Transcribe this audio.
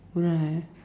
right